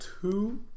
two